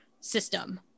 system